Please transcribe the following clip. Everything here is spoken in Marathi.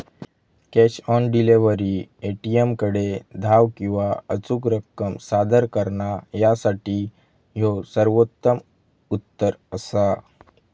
कॅश ऑन डिलिव्हरी, ए.टी.एमकडे धाव किंवा अचूक रक्कम सादर करणा यासाठी ह्यो सर्वोत्तम उत्तर असा